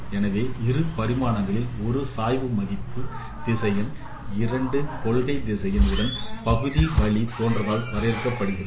எனவே இரு பரிமாணங்களில் ஒரு சாய்வு மதிப்பு திசையன் இரண்டு கொள்கை திசைகள் உடன் பகுதி வழி தோன்றலால் வரையறுக்கப்படுகிறது